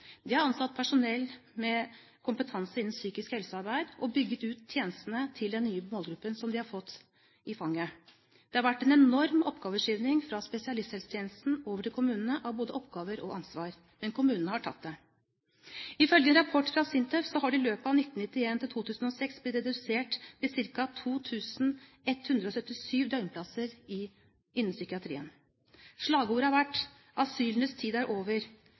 De har ansatt personell med kompetanse innenfor psykisk helsearbeid og bygd ut tjenestene til den nye målgruppen som de har fått i fanget. Det har vært en enorm oppgaveforskyvning fra spesialisthelsetjenesten over til kommunene av både oppgaver og ansvar, men kommunene har tatt det. Ifølge en rapport fra SINTEF har det i løpet av 1991–2006 blitt en reduksjon med 2 177 døgnplasser innenfor psykiatrien. Slagordet har vært: Asylenes tid er over!